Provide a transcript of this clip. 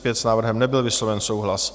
S návrhem nebyl vysloven souhlas.